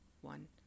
One